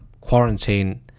quarantine